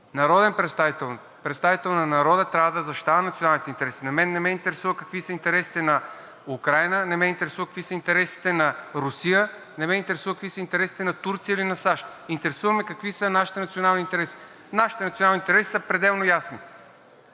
представител на народа, трябва да защитава националните интереси. Мен не ме интересува какви са интересите на Украйна, не ме интересува какви са интересите на Русия, не ме интересува какви са интересите на Турция или на САЩ. Интересува ме какви са нашите национални интереси. Нашите национални интереси са пределно ясни